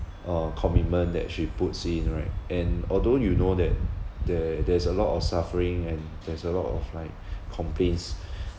a commitment that she puts in right and although you know that there~ there's a lot of suffering and there's a lot of like complaints